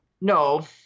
No